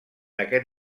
aquest